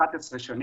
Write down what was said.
לפני 11 שנים.